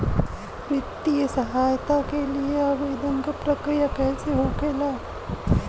वित्तीय सहायता के लिए आवेदन क प्रक्रिया कैसे होखेला?